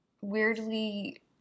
weirdly